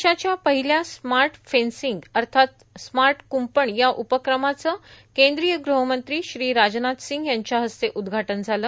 देशाच्या पहिल्या smart fencing अर्थात स्मार्ट कुंपण या उपक्रमाचं केंद्रीय गृहमंत्री श्री राजनाथ सिंग यांच्या हस्ते उद्घाटन झालं